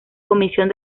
comisión